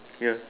ya